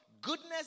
goodness